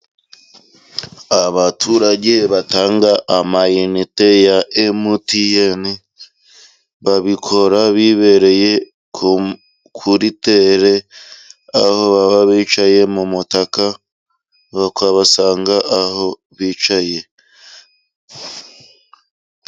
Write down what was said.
Abaturage batanga ama-unite ya MTN babikora bibereye ku kuri teLe. Aho baba bicaye mu mutaka ukabasanga aho bicaye.